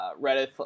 reddit